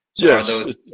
Yes